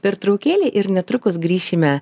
pertraukėlę ir netrukus grįšime